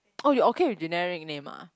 oh you okay with generic name ah